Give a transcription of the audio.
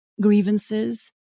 grievances